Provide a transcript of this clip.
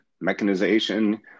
mechanization